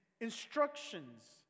instructions